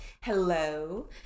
Hello